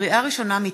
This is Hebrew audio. לקריאה ראשונה,